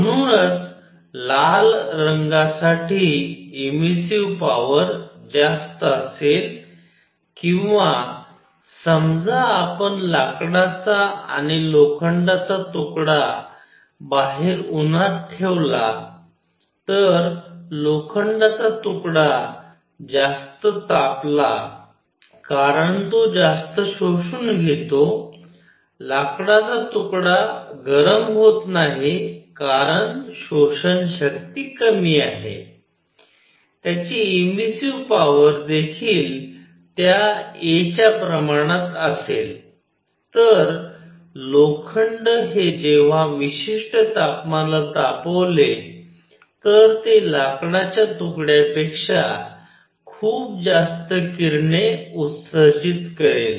म्हणूनच लाल रंगासाठी इमॅसिव्ह पॉवर जास्त असेल किंवा समजा आपण लाकडाचा आणि लोखंडाचा तुकडा बाहेर उन्हात ठेवला तर लोखंडाचा तुकडा जास्त तापला कारण तो जास्त शोषून घेतो लाकडाचा तुकडा गरम होत नाही कारण शोषण शक्ती कमी आहे त्यांची इमॅसिव्ह पॉवर देखील त्या a च्या प्रमाणात असेल तर लोखंड हे जेव्हा विशिष्ट तापमानाला तापवले तर ते लाकडाच्या तुकड्यापेक्षा खूप जास्त किरणे उत्सर्जित करेल